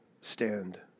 stand